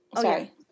Sorry